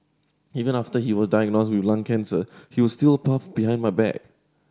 even after he was diagnosed with lung cancer he was steal puff behind my back